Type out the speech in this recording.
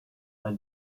bei